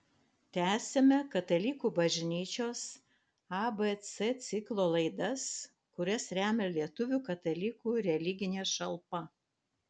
tęsiame katalikų bažnyčios abc ciklo laidas kurias remia lietuvių katalikų religinė šalpa